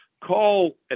call